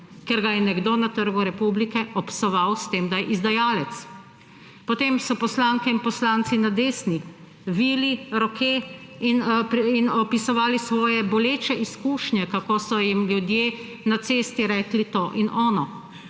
Ker ga je nekdo na Trgu republike opsoval s tem, da je izdajalec. Potem so poslanke in poslanci na desni vili roke in opisovali svoje boleče izkušnje, kako so jim ljudje na cesti rekli to in ono.